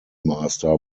master